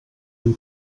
han